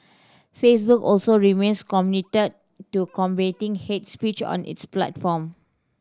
Facebook also remains committed to combating hate speech on its platform